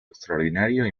extraordinario